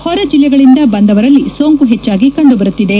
ಹೊರ ಜಿಲ್ಲೆಗಳಿಂದ ಬಂದವರಲ್ಲಿ ಸೋಂಕು ಹೆಚ್ಚಾಗಿ ಕಂಡುಬರುತ್ತಿದೆ